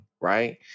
right